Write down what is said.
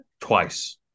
twice